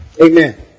Amen